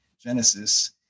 Genesis